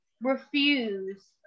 refuse